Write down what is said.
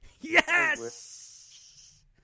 Yes